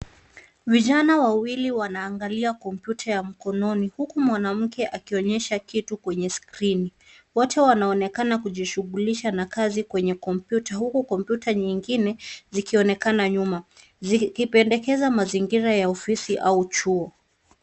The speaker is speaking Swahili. Vijana wawilli wanaangalia kompyuta ya mkononi, huku mwanamke akionyesha kitu kwenye skrini. Wote wanaonekana kujishughulisha na kazi kwenye kompyuta huku kompyuta nyingine zikionekana nyuma, zikipendekeza mazingira ya ofisi au chuo.